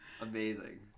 amazing